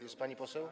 Jest pani poseł?